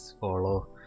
follow